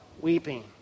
weeping